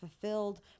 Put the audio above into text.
fulfilled